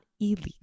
illegal